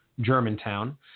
Germantown